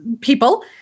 people